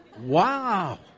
Wow